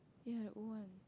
ya the old one